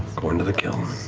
going to the kiln.